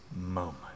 moment